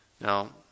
Now